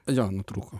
jo nutrūko